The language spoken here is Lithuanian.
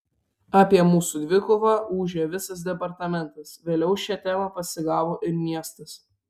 apie mūsų dvikovą ūžė visas departamentas vėliau šią temą pasigavo ir miestas